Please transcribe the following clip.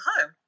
home